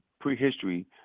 prehistory